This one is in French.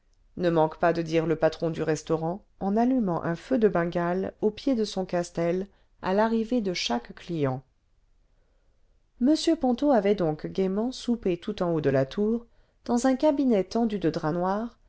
ne manque pas de dire le patron du restaurant en allumant un feu de bengale au pied de son castel à l'arrivée de chaque client m ponto avait donc gaiement soupe tout en haut de la tour dans un cabinet tendu de drap noir